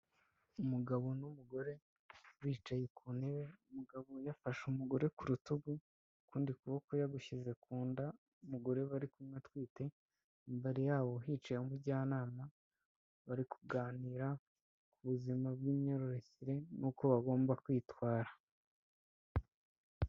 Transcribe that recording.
Umugabo n'umugore, bicaye ku ntebe, umugabo yafashe umugore ku rutugu, ukundi kuboko yagushyize ku nda, umugore bari kumwe atwite, imbari yabo hicayeho umujyanama, bari kuganira ku buzima bw'imyororokere, n'uko bagomba kwitwara.